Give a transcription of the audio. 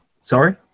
Sorry